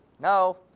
No